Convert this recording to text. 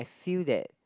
feel that